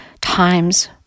times